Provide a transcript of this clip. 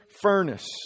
furnace